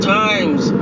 times